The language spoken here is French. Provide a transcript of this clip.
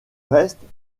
restes